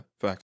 fact